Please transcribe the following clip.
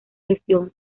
gestión